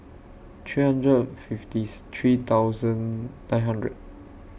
three hundred fiftieth three thousand nine hundred